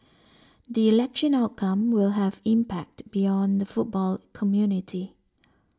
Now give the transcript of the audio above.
the election outcome will have impact beyond the football community